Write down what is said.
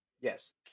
yes